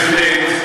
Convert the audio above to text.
בהחלט,